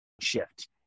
shift